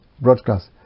broadcast